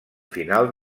final